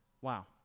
Wow